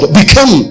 become